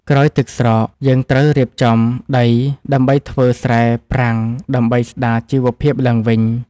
ក្រោយទឹកស្រក យើងត្រូវរៀបចំដីដើម្បីធ្វើស្រែប្រាំងដើម្បីស្តារជីវភាពឡើងវិញ។